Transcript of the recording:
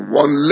one